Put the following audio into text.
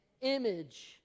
Image